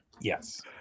yes